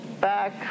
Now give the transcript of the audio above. back